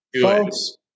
Folks